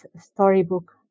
storybook